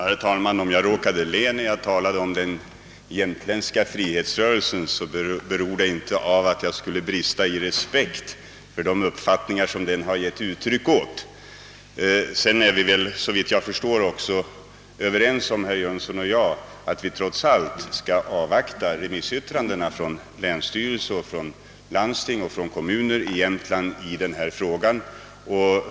Herr talman! Om jag råkade le när jag talade om den jämtländska frihetsrörelsen, så berodde det inte på att jag brister i respekt för de uppfattningar som den givit uttryck åt. Herr Jönsson i Ingemarsgården och jag är helt ense om att man skall avvakta remissyttrandena från länsstyrelse, landsting och kommuner i Jämtland när det gäller denna fråga.